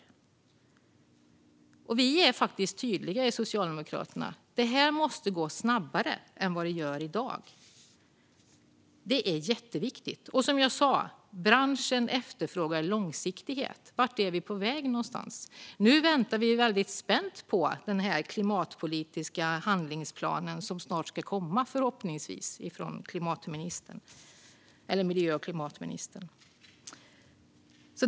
Socialdemokraterna är tydliga med att det här måste gå snabbare än i dag. Det är jätteviktigt. Branschen efterfrågar som sagt långsiktighet. Vart är vi på väg? Nu väntar vi spänt på den klimatpolitiska handlingsplan som förhoppningsvis snart kommer från miljö och klimatministern.